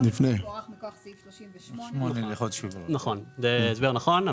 הוא הוארך מכוח סעיף 38 --- זה הסבר נכון.